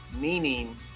Meaning